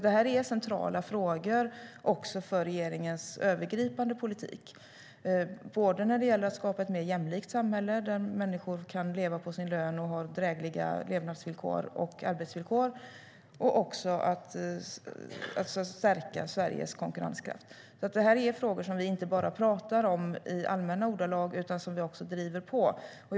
Det här är centrala frågor i regeringens övergripande politik för att skapa ett mer jämlikt samhälle där människor kan leva på sin lön och ha drägliga levnadsvillkor och arbetsvillkor och för att stärka Sveriges konkurrenskraft. Det här är frågor som vi inte bara pratar om i allmänna ordalag utan som vi också driver på i.